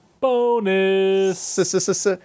bonus